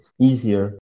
easier